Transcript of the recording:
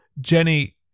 Jenny